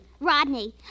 Rodney